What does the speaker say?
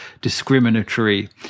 discriminatory